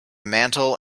mantel